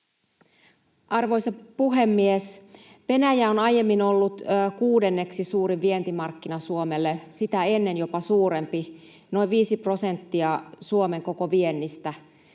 Arvoisa puhemies! Venäjä on aiemmin ollut kuudenneksi suurin vientimarkkina Suomelle, sitä ennen jopa suurempi: noin viisi prosenttia Suomen koko viennistä.